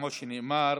כמו שנאמר,